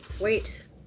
wait